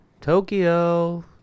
Tokyo